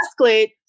escalate